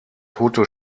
tote